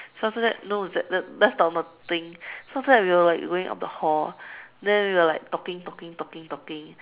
so after that no that is not the thing so after that we were like going up the hall then we were like talking talking talking talking